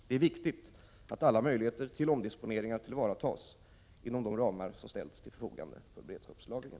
Det är viktigt att alla möjligheter till omdisponeringar tillvaratas inom de ramar som ställts till förfogande för beredskapslagringen.